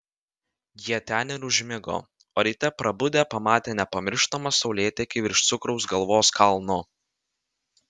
jie ten ir užmigo o ryte prabudę pamatė nepamirštamą saulėtekį virš cukraus galvos kalno